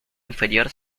inferior